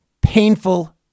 Painful